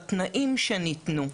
בתנאים שניתנו.